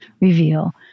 Reveal